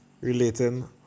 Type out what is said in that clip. relating